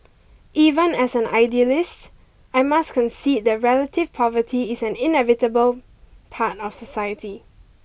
even as an idealist I must concede that relative poverty is an inevitable part of society